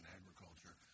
agriculture